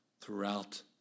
throughout